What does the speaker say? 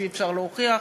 כשאי-אפשר להוכיח,